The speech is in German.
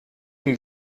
ihm